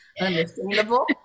Understandable